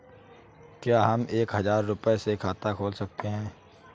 क्या हम एक हजार रुपये से खाता खोल सकते हैं?